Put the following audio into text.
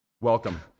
welcome